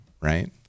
Right